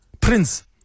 prince